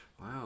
Wow